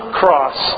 cross